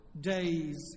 days